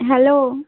hello